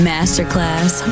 Masterclass